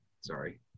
sorry